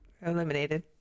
eliminated